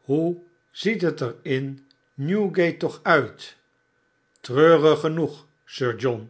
hoe ziet het er in newgate toch uit treurig genoeg sir john